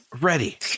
ready